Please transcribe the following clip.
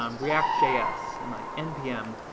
um react js and like npm,